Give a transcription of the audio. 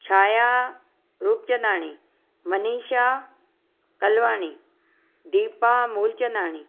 छाया रुपचंदाणी मनीषा तलवाणी दीपा मूलचंदाणी